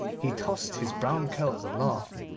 he tossed his brown curls and laughed.